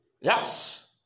Yes